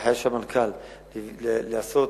ההנחיה של המנכ"ל היא לעשות